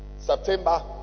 September